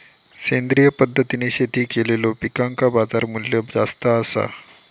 सेंद्रिय पद्धतीने शेती केलेलो पिकांका बाजारमूल्य जास्त आसा